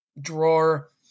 drawer